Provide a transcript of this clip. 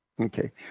Okay